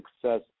success